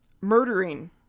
murdering